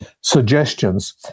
suggestions